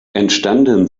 entstanden